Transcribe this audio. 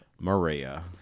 Maria